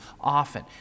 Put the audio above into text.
often